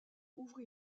ouvrit